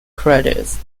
credits